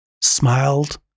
smiled